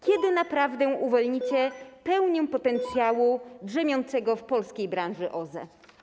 Kiedy naprawdę uwolnicie pełnię potencjału drzemiącego w polskiej branży OZE?